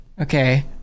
Okay